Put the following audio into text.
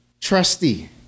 trusty